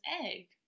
egg